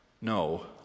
No